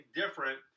different